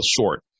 short